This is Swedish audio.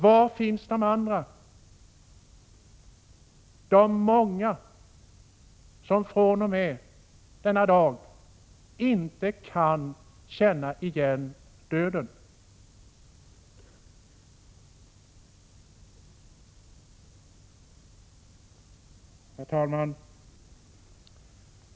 Var finns de andra, de många, som fr.o.m. denna dag inte kan känna igen döden. Herr talman!